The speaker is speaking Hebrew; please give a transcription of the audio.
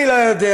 אני לא יודע.